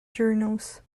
journals